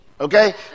Okay